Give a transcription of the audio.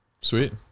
Sweet